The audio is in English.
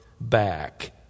back